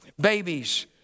Babies